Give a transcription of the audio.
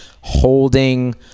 holding